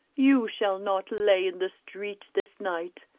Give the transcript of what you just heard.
you shall not lay in the street this night.